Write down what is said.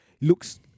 looks